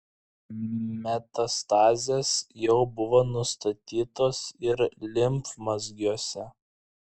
metastazės jau buvo nustatytos ir limfmazgiuose